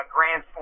Grand